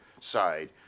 side